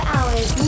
Hours